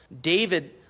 David